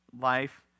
life